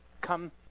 come